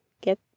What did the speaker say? get